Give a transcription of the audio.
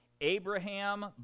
Abraham